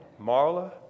Marla